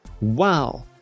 Wow